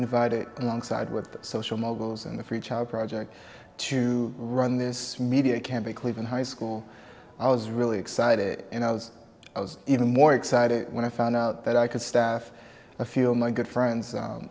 divided along side with the social moguls and the free child project to run this media can be cleveland high school i was really excited and i was even more excited when i found out that i could staff a few of my good friends